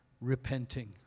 repenting